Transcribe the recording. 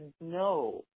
no